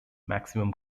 maximum